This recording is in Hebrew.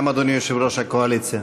גם אדוני יושב-ראש הקואליציה.